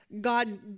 God